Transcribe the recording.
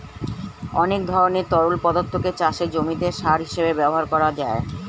অনেক ধরনের তরল পদার্থকে চাষের জমিতে সার হিসেবে ব্যবহার করা যায়